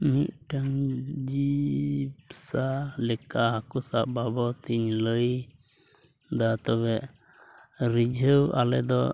ᱢᱤᱫᱴᱟᱝ ᱡᱤᱵᱽᱥᱟ ᱞᱮᱠᱟ ᱦᱟᱹᱠᱩ ᱥᱟᱵ ᱵᱟᱵᱚᱫ ᱤᱧ ᱞᱟᱹᱭᱫᱟ ᱛᱚᱵᱮ ᱨᱤᱡᱷᱟᱹᱣ ᱟᱞᱮ ᱫᱚ